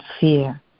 fear